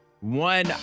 One